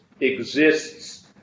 exists